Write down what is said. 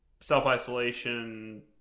self-isolation